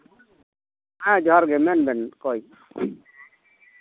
ᱦᱮᱸ ᱡᱚᱦᱟᱨ ᱜᱮ ᱢᱮᱱ ᱵᱮᱱ ᱚᱠᱚᱭ